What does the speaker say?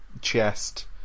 chest